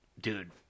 dude